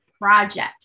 project